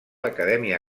acadèmia